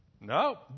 no